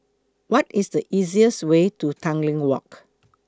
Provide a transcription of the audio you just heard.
What IS The easiest Way to Tanglin Walk